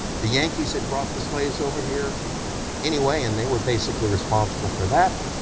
the yankees had brought the slaves over here anyway and they were basically responsible for that,